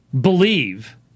believe